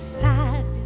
sad